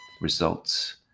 results